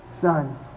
Son